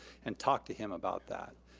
and talked to him about that.